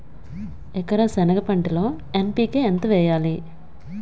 ఎకర సెనగ పంటలో ఎన్.పి.కె ఎంత వేయాలి?